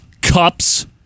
cups